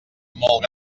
molt